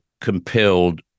compelled